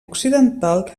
occidental